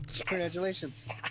Congratulations